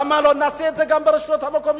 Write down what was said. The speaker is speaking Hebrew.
למה שלא נעשה את זה גם ברשויות המקומיות?